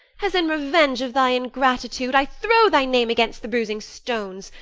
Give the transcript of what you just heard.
as in revenge of thy ingratitude, i throw thy name against the bruising stones,